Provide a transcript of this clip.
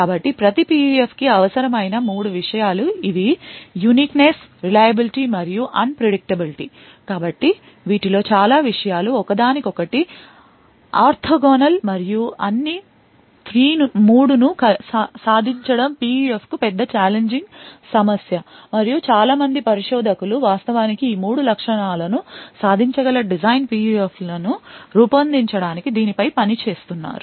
కాబట్టి ప్రతి PUF కి అవసరమైన 3 విషయాలు ఇవి uniqueness reliability మరియు unpredictability కాబట్టి వీటిలో చాలా విషయాలు ఒకదానికొకటి ఆర్తోగోనల్ మరియు అన్ని 3 ను సాధించడం PUF కు పెద్ద challenging సమస్య మరియు చాలా మంది పరిశోధకులు వాస్తవానికి ఈ 3 లక్షణాలను సాధించగల డిజైన్ PUF లను రూపొందించడానికి దీనిపై పని చేస్తున్నారు